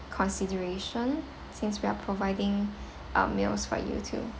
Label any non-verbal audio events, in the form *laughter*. consideration since we are providing *breath* uh meals for you too